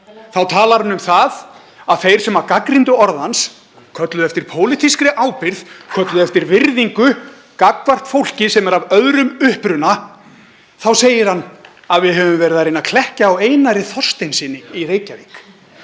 Þá talar hann um að þeir sem gagnrýndu orð hans, kölluðu eftir pólitískri ábyrgð, kölluðu eftir virðingu gagnvart fólki sem er af öðrum uppruna — þá segir hann að við höfum verið að reyna að klekkja á Einari Þorsteinssyni í Reykjavík.